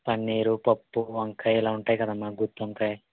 పన్నీర్ పప్పు వంకాయ ఇలా ఉంటాయి కదమ్మా గుత్తి వంకాయ